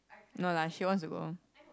no lah she wants to go